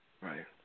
Right